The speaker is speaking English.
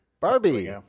Barbie